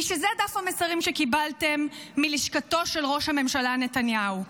היא שזה דף המסרים שקיבלתם מלשכתו של ראש הממשלה נתניהו,